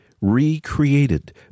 recreated